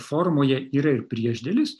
formoje yra ir priešdėlis